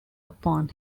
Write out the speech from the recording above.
upon